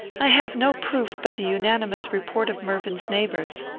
i have no proof but the unanimous report of mervyn's neighbours.